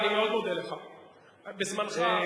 בזמנך.